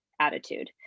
attitude